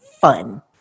fun